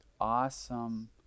awesome